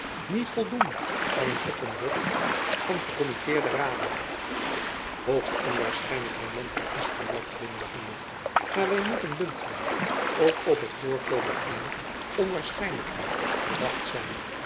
niet voldoen aan een opontbod van gekommitteerde raden hoogst onwaarschijnlijk hernam van espenblad glimlachende maar wy moeten dunkt my ook op het voorkomen eener onwaarschijnlijkheid verdacht zijn